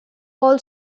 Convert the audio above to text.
all